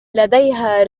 لديها